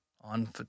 on